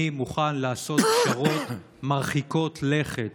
אני מוכן לעשות פשרות מרחיקות לכת